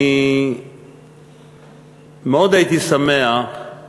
אני מאוד הייתי שמח אם שר החינוך